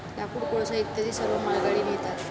लाकूड, कोळसा इत्यादी सर्व मालगाडीने येतात